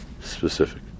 specific